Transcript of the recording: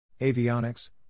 Avionics